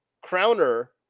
crowner